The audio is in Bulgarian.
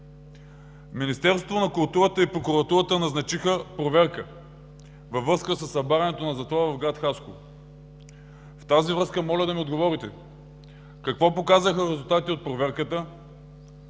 Министерството на културата и прокуратурата назначиха проверка във връзка със събарянето на затвора в град Хасково. В тази връзка моля да ми отговорите: какво показаха резултатите от проверката?